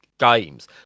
Games